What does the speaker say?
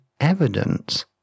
evidence